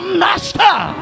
master